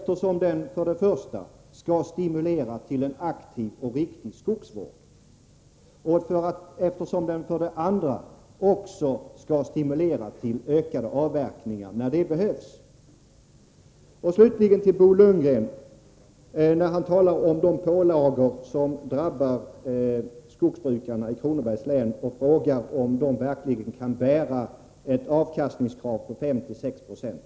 Den skall för det första stimulera till en aktiv och riktig skogsvård. För det andra skall den stimulera till ökade avverkningar när det behövs. Slutligen: Bo Lundgren talade om de pålagor som drabbar skogsbrukarna i Kronobergs län och frågade om de verkligen kan bära ett avkastningskrav på 5-6 Yo.